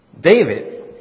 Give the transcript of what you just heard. David